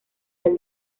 del